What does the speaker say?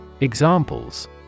Examples